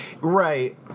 Right